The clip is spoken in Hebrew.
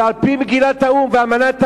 ועל-פי מגילת האו"ם ואמנת האו"ם,